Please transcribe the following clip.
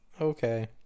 okay